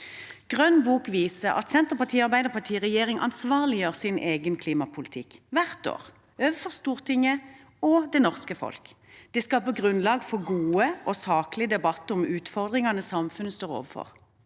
Grønn bok viser at Senterpartiet og Arbeiderpartiet i regjering ansvarliggjør sin egen klimapolitikk hvert år overfor Stortinget og det norske folk. Det skaper grunnlag for god og saklig debatt om utfordringene samfunnet står overfor.